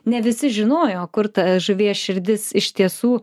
ne visi žinojo kur ta žuvies širdis iš tiesų